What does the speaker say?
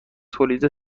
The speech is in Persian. تولید